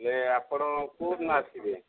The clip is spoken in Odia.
ହେଲେ ଆପଣ କେଉଁ ଦିନ ଆସିବେ